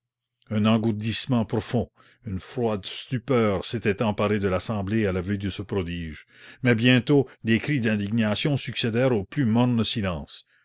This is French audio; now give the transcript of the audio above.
un engourdissement profond une froide stupeur s'étaient emparés de l'assemblée à la vue de ce prodige mais bientôt des cris d'indignation succédèrent au plus morne silence